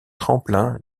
tremplin